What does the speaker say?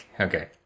Okay